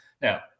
Now